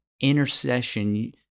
intercession